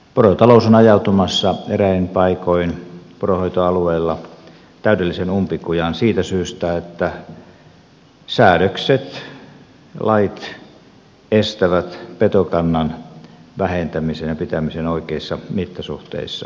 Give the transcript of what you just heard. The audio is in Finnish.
porotalous on ajautumassa eräin paikoin poronhoitoalueella täydelliseen umpikujaan siitä syystä että säädökset lait estävät petokannan vähentämisen ja pitämisen oikeissa mittasuhteissa